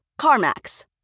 CarMax